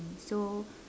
so